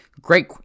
great